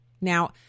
Now